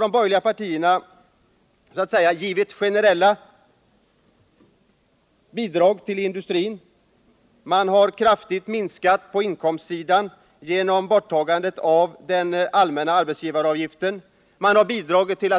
De borgerliga partierna har gett generella bidrag till industrin, gjort kraftiga minskningar på inkomstsidan genom att ta bort den allmänna arbetsgivaravgiften och bidragit till